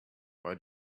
why